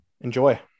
Enjoy